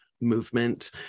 movement